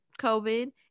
COVID